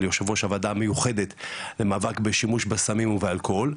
ליושב-ראש הוועדה המיוחדת למאבק בשימוש בסמים ובאלכוהול.